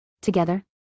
Together